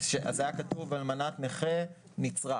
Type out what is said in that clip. היה כתוב "אלמנת נכה נצרך".